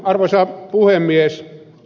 arvoisa puhemies